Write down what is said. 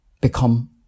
become